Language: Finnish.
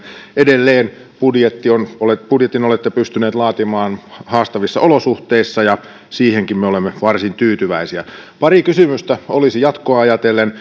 edelleen budjetin olette pystyneet laatimaan haastavissa olosuhteissa ja siihenkin me olemme varsin tyytyväisiä pari kysymystä olisi jatkoa ajatellen